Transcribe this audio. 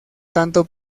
tanto